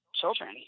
children